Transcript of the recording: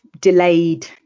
delayed